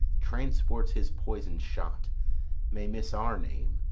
transports his poison'd shot may miss our name,